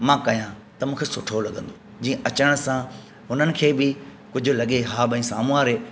मां कयां त मूंखे सुठो लॻंदो जीअं अचणि सां हुननि खे बि कुझु लॻे हां भाई साम्हू वारे